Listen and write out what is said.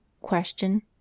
Question